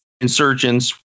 insurgents